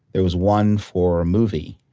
there was one for a movie.